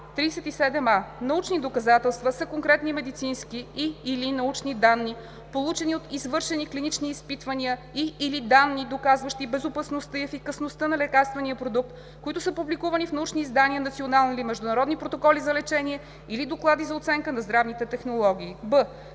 „37а. „Научни доказателства“ са конкретни медицински и/или научни данни, получени от извършени клинични изпитвания, и/или данни, доказващи безопасността и ефикасността на лекарствения продукт, които са публикувани в научни издания, национални или международни протоколи за лечение или доклади за оценка на здравните технологии.“;